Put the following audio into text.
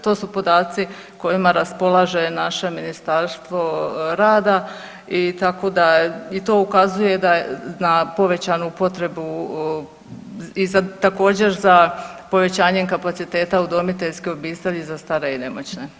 To su podaci kojima raspolaže naše Ministarstvo rada i tako da je, i to ukazuje da je, na povećanu potrebu i za, također za povećanjem kapaciteta udomiteljske obitelji za stare i nemoćne.